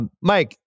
Mike